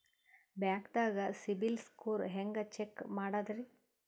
ಬ್ಯಾಂಕ್ದಾಗ CIBIL score ಹೆಂಗ್ check ಮಾಡದ್ರಿ?